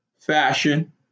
fashion